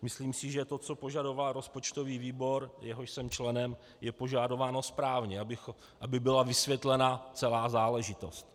Myslím si, že to, co požadoval rozpočtový výbor, jehož jsem členem, je požadováno správně, aby byla vysvětlena celá záležitost.